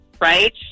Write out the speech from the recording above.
Right